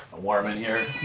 warm in here.